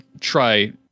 try